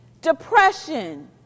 depression